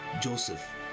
joseph